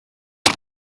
and